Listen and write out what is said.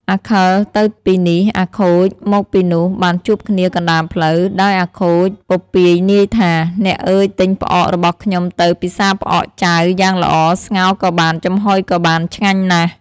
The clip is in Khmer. អាខិលទៅពីនេះ អាខូចមកពីនោះបានជួបគ្នាកណ្ដាលផ្លូវ ដោយអាខូចពពាយនាយថា“អ្នកអើយទិញផ្អករបស់ខ្ញុំទៅពិសារផ្អកចាវយ៉ាងល្អស្ងោរក៏បានចំហុយក៏បានឆ្ងាញ់ណាស់។